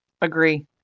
Agree